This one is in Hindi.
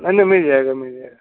हेलो मिल जाएगा मिल जाएगा